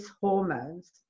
hormones